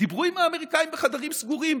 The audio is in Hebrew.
דיברו עם האמריקאים בחדרים סגורים.